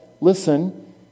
listen